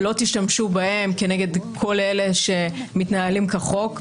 ואל תשתמשו בהם כנגד כל אלה שמתנהלים כחוק.